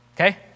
okay